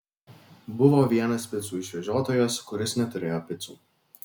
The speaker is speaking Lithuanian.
buvo vienas picų išvežiotojas kuris neturėjo picų